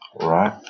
right